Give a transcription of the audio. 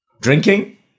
drinking